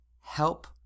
Help